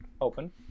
open